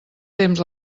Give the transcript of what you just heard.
temps